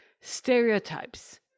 stereotypes